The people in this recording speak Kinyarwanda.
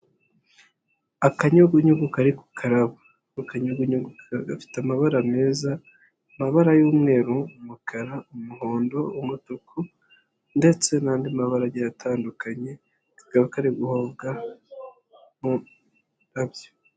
Akanyugunyugu kari ku karabo. Ako kanyugugu kakaba gafite amabara meza, amabara y'umweru, umukara, umuhondo, umutuku ndetse n'andi mabara agiye atandukanye, kakaba kari guhovwa mu ndabyo.